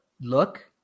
look